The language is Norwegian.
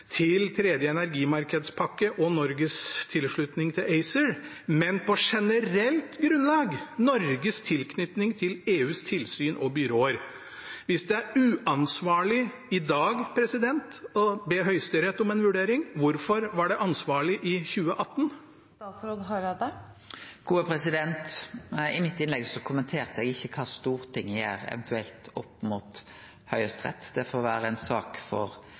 til tredje energimarkedspakke og Norges tilslutning til ACER, men på generelt grunnlag Norges tilknytning til EUs tilsyn og byråer. Hvis det er uansvarlig i dag å be Høyesterett om en vurdering, hvorfor var det ansvarlig i 2018? I innlegget mitt kommenterte eg ikkje kva Stortinget eventuelt